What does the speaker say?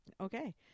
Okay